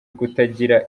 kutagira